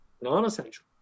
non-essential